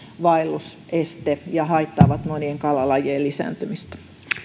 vaelluseste ja haittaavat monien kalalajien lisääntymistä